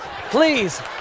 Please